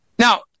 Now